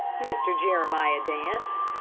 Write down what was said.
mr. jeremiah dance.